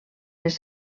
les